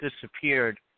disappeared